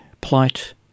Plight